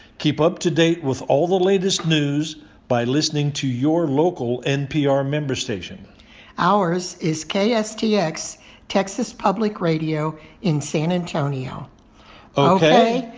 keep up to date with all the latest news by listening to your local npr member station ours is kstx texas public radio in san antonio ok.